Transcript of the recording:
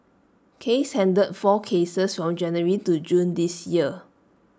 case handled four cases from January to June this year